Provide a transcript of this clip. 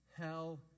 hell